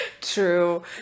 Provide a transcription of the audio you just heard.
True